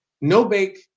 no-bake